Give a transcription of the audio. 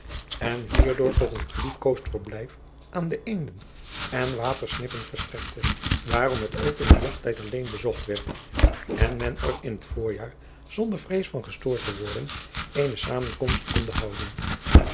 en hierdoor tot een geliefkoosd verblijf aan de eenden en watersnippen verstrekte waarom het ook in den jachttijd alleen bezocht werd en men er in het voorjaar zonder vrees van gestoord te worden eene samenkomst konde houden